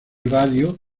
radio